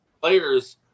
players